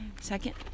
Second